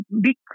big